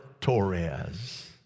Torres